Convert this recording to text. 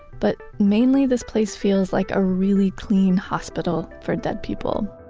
but mainly this place feels like a really clean hospital for dead people.